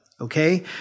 okay